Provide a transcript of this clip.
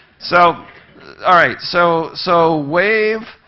so all right, so so wave,